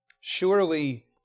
Surely